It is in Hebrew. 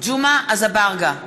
ג'מעה אזברגה,